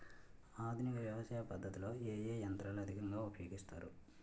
ఆధునిక వ్యవసయ పద్ధతిలో ఏ ఏ యంత్రాలు అధికంగా ఉపయోగిస్తారు?